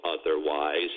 otherwise